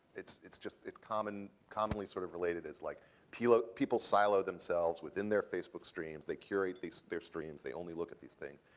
it's it's just it's common commonly sort of related as like people ah people silo themselves within their facebook streams, they curate their streams, they only look at these things,